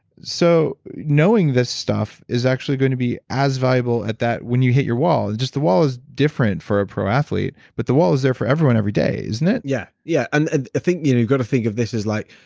so, knowing this stuff is actually going to be as valuable at that, when you hit your wall and just the wall is different for a pro athlete, but the wall is there for everyone every day isn't it? yeah. yeah. and think you've got to think of this as like,